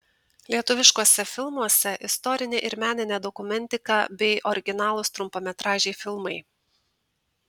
lietuviškuose filmuose istorinė ir meninė dokumentika bei originalūs trumpametražiai filmai